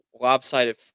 lopsided